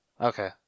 Okay